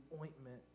ointment